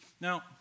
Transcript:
Now